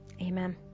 Amen